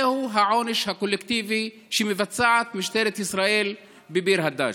זהו העונש הקולקטיבי שמבצעת משטרת ישראל בביר הדאג'.